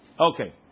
Okay